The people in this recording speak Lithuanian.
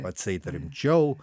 atseit rimčiau